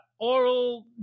Oral